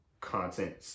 content